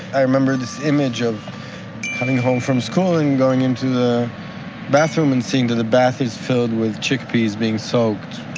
i remember this image of coming home from school and going into the bathroom and seeing that the bath is filled with chickpeas being soaked.